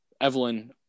Evelyn